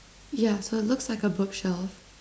yeah so it looks like a bookshelf